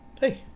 Hey